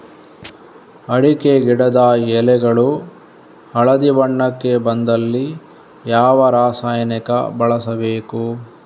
ಅಡಿಕೆ ಗಿಡದ ಎಳೆಗಳು ಹಳದಿ ಬಣ್ಣಕ್ಕೆ ಬಂದಲ್ಲಿ ಯಾವ ರಾಸಾಯನಿಕ ಬಳಸಬೇಕು?